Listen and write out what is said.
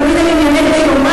הם תמיד על ענייני דיומא.